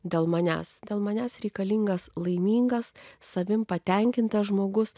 dėl manęs dėl manęs reikalingas laimingas savimi patenkintas žmogus